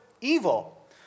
evil